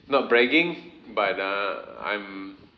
not bragging but err I'm